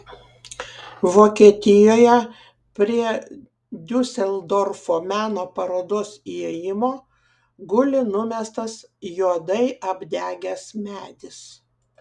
vokietijoje prie diuseldorfo meno parodos įėjimo guli numestas juodai apdegęs medis